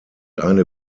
eine